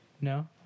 No